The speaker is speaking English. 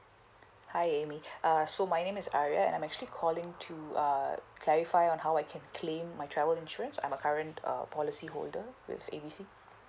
hi amy uh so my name is arya and I'm actually calling to uh clarify on how I can claim my travel insurance I'm a current uh policy holder with A B C